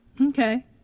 Okay